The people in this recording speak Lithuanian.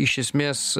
iš esmės